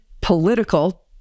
political